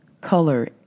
color